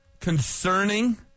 concerning